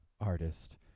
artist